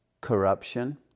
corruption